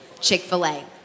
Chick-fil-A